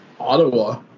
Ottawa